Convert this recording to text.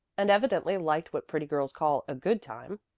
and evidently liked what pretty girls call a good time.